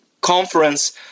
conference